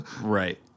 Right